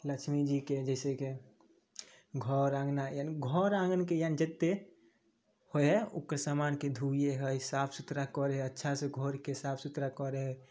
लक्ष्मी जीके जैसेके घर अँगना यानी घर आँगनके यानी जत्ते होइ है ओकर समानके धोबिये है साफ सुथरा करै है अच्छा से घरके साफ सुथरा करै है